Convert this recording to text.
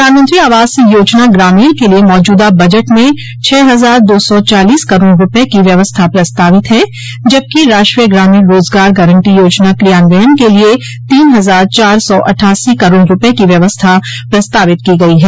प्रधानमंत्री आवास योजना ग्रामीण के लिये मौजूदा बजट में छह हजार दो सौ चालीस करोड़ रूपये की व्यवस्था प्रस्तावित है जबकि राष्ट्रीय ग्रामीण रोजगार गारंटी योजना क्रियान्वयन के लिये तीन हजार चार सौ अट्ठासी करोड़ रूपये की व्यवस्था प्रस्तावित की गई है